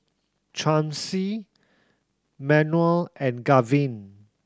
Chauncey Manuel and Gavin